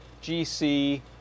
GC